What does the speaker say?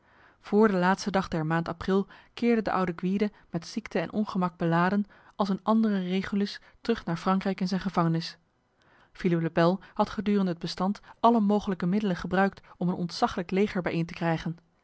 vr de laatste dag der maand april keerde de oude gwyde met ziekte en ongemak beladen als een andere regulus terug naar frankrijk in zijn gevangenis philippe le bel had gedurende het bestand alle mogelijke middelen gebruikt om een ontzaglijk leger bijeen te krijgen